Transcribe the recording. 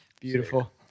Beautiful